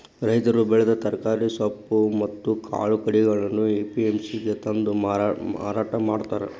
ರೈತರು ಬೆಳೆದ ತರಕಾರಿ, ಸೊಪ್ಪು ಮತ್ತ್ ಕಾಳು ಕಡಿಗಳನ್ನ ಎ.ಪಿ.ಎಂ.ಸಿ ಗೆ ತಂದು ಮಾರಾಟ ಮಾಡ್ತಾರ